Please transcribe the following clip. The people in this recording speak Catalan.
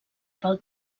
pel